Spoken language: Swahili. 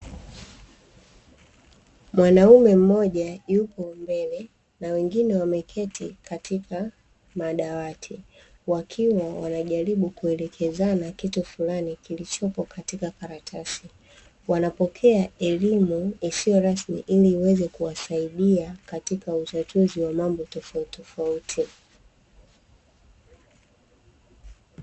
Mwanamume mmoja yuko mbele na wengine wameketi katika madawati, wakiwa wanajaribu kuelekezana kitu fulani kilichopo katika karatasi. Wanapokea elimu isiyo rasmi ili iweze kuwasaidia katika utatuzi wa mambo tofauti.